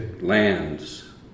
lands